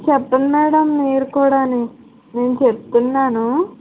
చెప్పండి మేడం మీరు కూడాని నేను చెప్తున్నాను